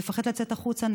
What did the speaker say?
היא מפחדת לצאת החוצה.